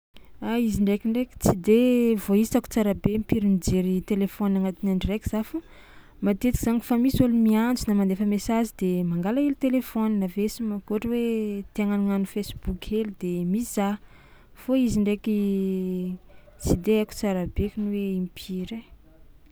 A izy ndrainkindraiky tsy de voaisako tsara be impiry mijery telefaonina agnatin'ny andro raiky za fa matetiky zany kofa misy olo miantso na mandefa mesazy de mangala hely telefaonina avy eo sy mo- ohatra hoe tia hagnanognano facebook hely de mizaha fô izy ndraiky tsy de haiko tsara bekony hoe impiry ai.